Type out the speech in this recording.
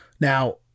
Now